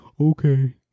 Okay